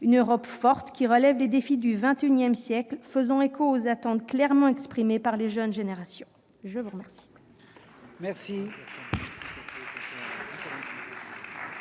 une Europe forte qui relève les défis du XXI siècle, faisant écho aux attentes clairement exprimées par les jeunes générations. Mes chers